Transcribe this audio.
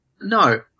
No